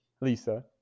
Lisa